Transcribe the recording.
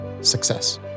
success